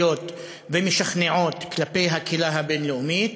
ומשכנעות כלפי הקהילה הבין-לאומית,